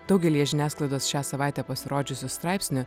daugelyje žiniasklaidos šią savaitę pasirodžiusių straipsnių